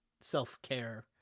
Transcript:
self-care